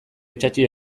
itsatsi